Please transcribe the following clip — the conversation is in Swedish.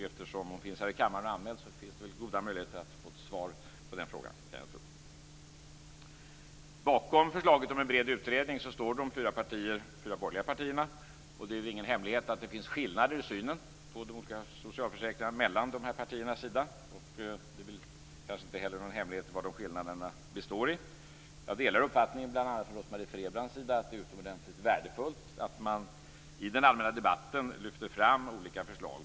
Eftersom hon finns här i kammaren och är anmäld på talarlistan finns det goda möjligheter att få ett svar på den frågan, kan jag tro. Bakom förslaget om en bred utredning står de fyra borgerliga partierna. Det är ingen hemlighet att det finns skillnader i synen på de olika socialförsäkringarna mellan de partierna. Det är kanske inte heller någon hemlighet vad de skillnaderna består i. Jag delar bl.a. Rose-Marie Frebrans uppfattning att det är utomordentligt värdefullt att man i den allmänna debatten lyfter fram olika förslag.